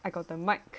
I got the mic